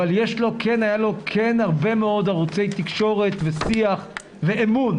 אבל כן היו לו הרבה מאוד ערוצי תקשורת ושיח ואמון,